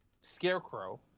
scarecrow